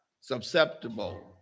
susceptible